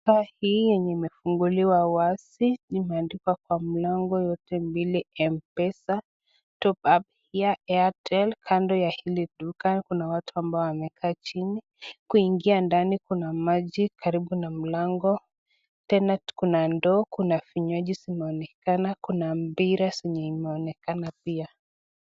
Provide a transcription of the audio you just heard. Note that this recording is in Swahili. Paa hii yenye imefunguliwa wazi imeandikwa kwa mlango yote mbili: m-pesa. top up here, airtel . Kando ya hili duka kuna watu ambao wamekaa chini. Kuingia ndani, kuna maji karibu na mlango, tena kuna ndoo, kuna vinywaji zinaonekana. Kuna mpira zenye imeonekana pia.